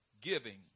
giving